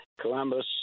Columbus